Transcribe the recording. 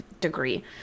degree